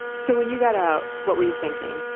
so, when you got out, what were you thinking?